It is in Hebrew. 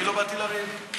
אני לא באתי לריב.